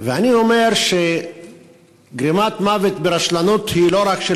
ואני אומר שגרימת מוות ברשלנות היא לא רק של